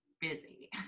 busy